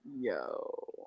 Yo